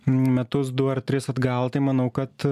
metus du ar tris atgal tai manau kad